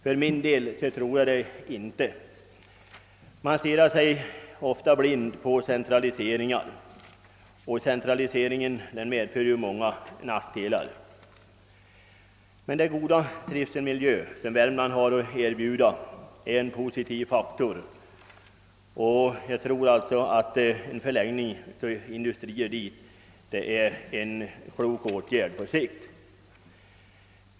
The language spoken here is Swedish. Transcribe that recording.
För min del tror jag det inte. Man stirrar sig ofta blind på centraliseringar, men centralisering medför många nackdelar. Den goda trivselmiljö som Värmland har att erbjuda är en positiv faktor, och jag tror alltså, att en förläggning av industrier dit är en klok åtgärd på sikt.